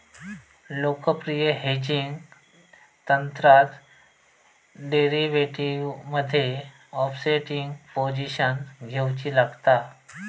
लोकप्रिय हेजिंग तंत्रात डेरीवेटीवमध्ये ओफसेटिंग पोझिशन घेउची लागता